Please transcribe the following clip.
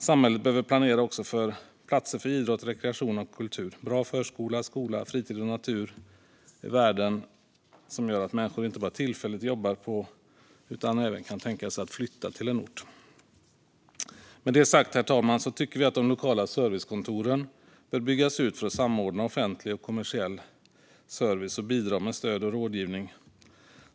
Samhället behöver också planera för platser för idrott, rekreation och kultur. Bra förskola, skola, fritid och natur är värden som gör att människor inte bara tillfälligt jobbar på utan även kan tänka sig att flytta till en ort. Med detta sagt, herr talman, tycker vi att de lokala servicekontoren bör byggas ut för att samordna offentlig och kommersiell service och bidra med stöd och rådgivning.